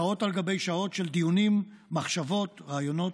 שעות על גבי שעות של דיונים, מחשבות, רעיונות.